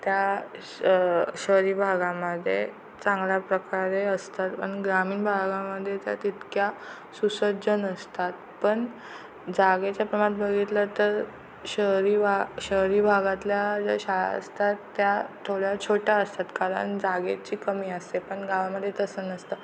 त्या शहरी भागामध्ये चांगल्या प्रकारे असतात पण ग्रामीण भागामध्ये त्या तितक्या सुसज्ज नसतात पण जागेच्या प्रमाणात बघितलं तर शहरी भा शहरी भागातल्या ज्या शाळा असतात त्या थोड्या छोट्या असतात कारण जागेची कमी असते पण गावामध्ये तसं नसतं